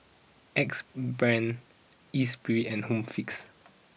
Axe Brand Espirit and Home Fix